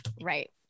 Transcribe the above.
Right